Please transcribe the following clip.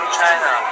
China